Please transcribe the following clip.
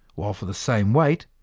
while for the same weight,